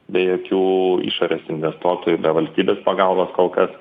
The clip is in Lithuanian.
be jokių išorės investuotojų be valstybės pagalbos kol kas